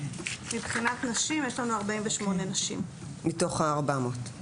מבחינת נשים יש לנו 48 נשים מתוך ה-400.